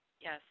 Yes